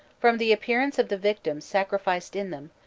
from the appearance of the victims sacrificed in them,